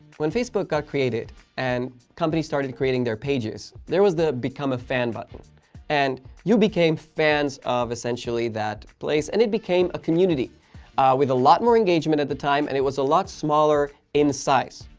when facebook got created and companies started creating their pages there was the become a fan button and you became fans of essentially that place and it became a community with a lot more engagement at the time and it was a lot smaller in size.